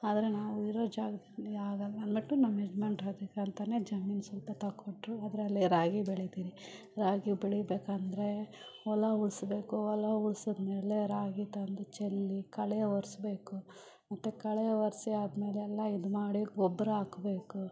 ಆದರೆ ನಾವು ಇರೋ ಜಾಗ ಆಗಲ್ಲಂದ್ಬಿಟ್ಟು ನಮ್ಮ ಯಜಮಾನರು ಅದಕ್ಕಂತಲೇ ಜಮೀನು ಸ್ವಲ್ಪ ತಕ್ಕೊಟ್ರು ಅದರಲ್ಲೇ ರಾಗಿ ಬೆಳಿತೀನಿ ರಾಗಿ ಬೆಳಿಬೇಕೆಂದ್ರೆ ಹೊಲ ಉಳ್ಸ್ಬೇಕು ಒಲ ಉಳ್ಸಿದ್ಮೇಲೆ ರಾಗಿ ತಂದು ಚೆಲ್ಲಿ ಕಳೆ ವರ್ಸ್ಬೇಕು ಮತ್ತೆ ಕಳೆ ವರ್ಸಿ ಆದ್ಮೇಲೆಲ್ಲ ಇದ್ಮಾಡಿ ಗೊಬ್ಬರ ಹಾಕ್ಬೇಕು